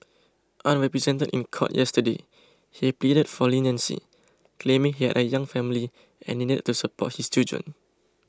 unrepresented in court yesterday he pleaded for leniency claiming he had a young family and needed to support his children